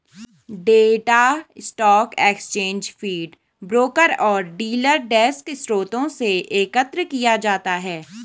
data stock exchange feed, broker और dealer desk स्रोतों से एकत्र किया जाता है